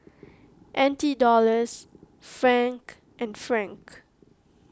N T Dollars Franc and Franc